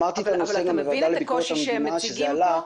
אמרתי את הנושא גם בוועדה לביקורת המדינה כשזה עלה,